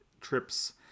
trips